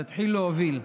תתחיל להוביל.